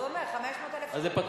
אז הוא אומר: 500,000 שקל, אז זה פטור.